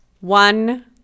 one